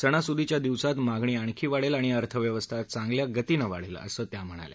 सणासुदीच्या दिवसात मागणी आणखी वाढेल आणि अर्थव्यवस्था चांगल्या गतीनं वाढेल असं त्या म्हणाल्या